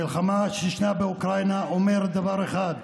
המלחמה באוקראינה אומרת דבר אחד,